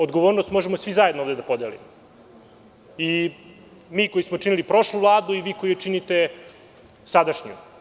Odgovornost možemo svi zajedno ovde da podelimo i mi koji smo činili prošlu Vladu i vi koji činite sadašnju.